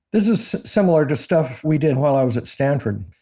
this is similar to stuff we did while i was at stanford.